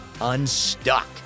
unstuck